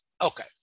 Okay